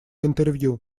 интервью